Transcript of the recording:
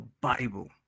Bible